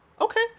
okay